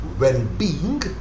well-being